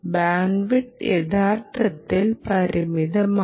bandwidth യഥാർത്ഥത്തിൽ പരിമിതമാണ്